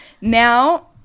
Now